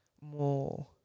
More